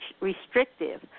restrictive